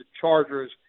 Chargers